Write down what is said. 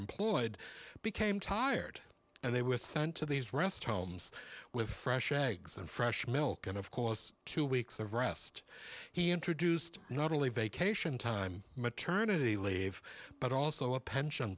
employed became tired and they were sent to these rest homes with fresh eggs and fresh milk and of course two weeks of rest he introduced not only vacation time maternity leave but also a pension